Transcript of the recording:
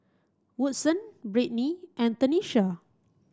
Woodson Brittni and Tenisha